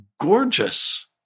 gorgeous